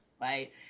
Right